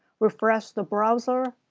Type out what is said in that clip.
refresh the browser,